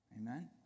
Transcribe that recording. Amen